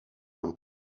entre